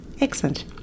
Excellent